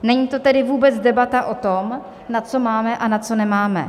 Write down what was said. Není to tedy vůbec debata o tom, na co máme a na co nemáme.